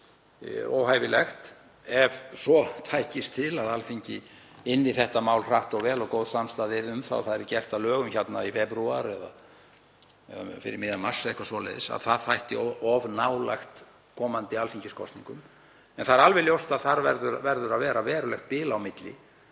það þætti óhæfilegt ef svo tækist til að Alþingi ynni þetta mál hratt og vel og góð samstaða yrði um það og það yrði gert að lögum í febrúar eða fyrir miðjan mars, eitthvað svoleiðis, að það þætti of nálægt komandi alþingiskosningum. En það er alveg ljóst að þar verður að vera verulegt bil á milli.